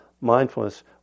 mindfulness